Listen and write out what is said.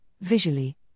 visually